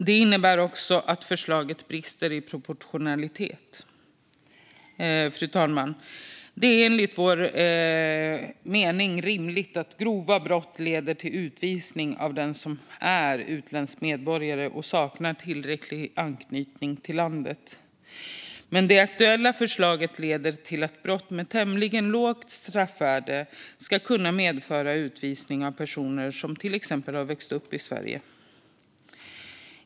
Det innebär att förslaget brister i proportionalitet. Fru talman! Det är enligt vår mening rimligt att grova brott leder till utvisning av den som är utländsk medborgare och saknar tillräcklig anknytning till landet. Men det aktuella förslaget leder till att brott med tämligen lågt straffvärde ska kunna medföra utvisning av personer som till exempel har växt upp i Sverige.